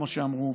כמו שאמרו,